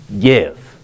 give